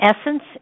essence